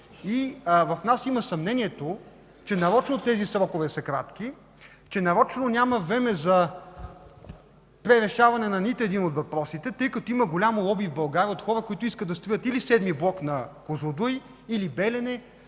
В нас има съмнението, че нарочно тези срокове са кратки, че нарочно няма време за пререшаване на нито един от въпросите, тъй като има голямо лоби в България от хора, които искат да строят или VІІ блок на „Козлодуй”, или „Белене”,